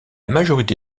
majorité